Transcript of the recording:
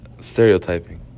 Stereotyping